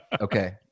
Okay